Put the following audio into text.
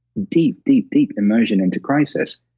deep, deep, deep immersion into crisis.